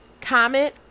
comment